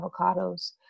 avocados